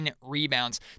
rebounds